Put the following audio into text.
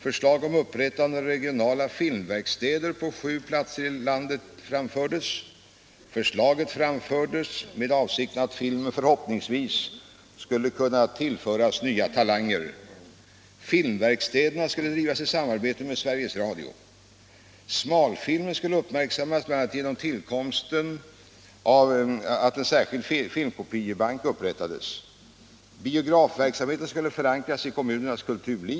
Förslag om upprättande av regionala filmverkstäder på sju platser i landet framfördes. Detta förslag framfördes i avsikten att filmen förhoppningsvis skulle kunna tillföras nya talanger. Filmverkstäderna skulle drivas i samarbete med Sveriges Radio. Talfilmen skulle uppmärksammas bl.a. genom att en särskild filmkopiebank upprättades.